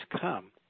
come